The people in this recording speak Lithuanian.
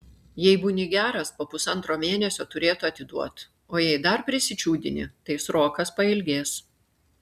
jei būni geras po pusantro mėnesio turėtų atiduot o jei dar prisičiūdini tai srokas pailgės